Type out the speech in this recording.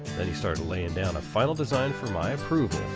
then he started laying down a final design for my approval.